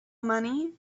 money